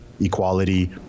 equality